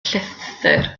llythyr